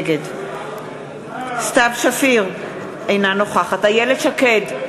נגד סתיו שפיר, אינה נוכחת איילת שקד,